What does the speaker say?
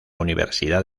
universidad